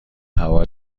هوا